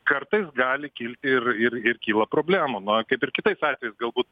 kartais gali kilti ir ir ir kyla problemų kaip ir kitais atvejais galbūt